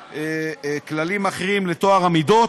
לכללים אחרים, לטוהר המידות,